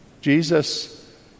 Jesus